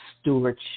stewardship